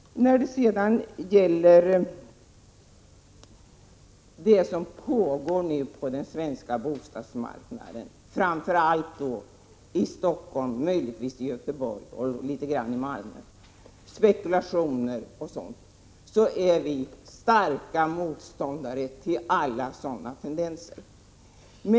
När det sedan gäller det som nu försiggår på den svenska bostadsmarknaden — framför allt i Stockholm, men möjligtvis också i Göteborg och litet grand i Malmö —, dvs. spekulation etc., vill jag framhålla att vi är starka motståndare till alla sådana tendenser.